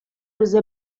روز